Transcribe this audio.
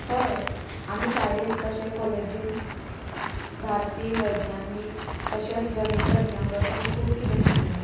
हय आमी शाळेंत तशे काॅलेजीन भारतीय वैज्ञानीक तशेंच गणित तज्ञा बद्दल खूब किदें शिकला